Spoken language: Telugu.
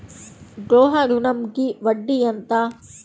గృహ ఋణంకి వడ్డీ ఎంత?